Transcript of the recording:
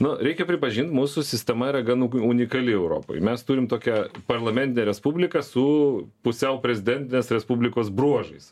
na reikia pripažint mūsų sistema yra gan unikali europoj mes turime tokią parlamentinę respubliką su pusiau prezidentinės respublikos bruožais